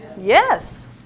Yes